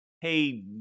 hey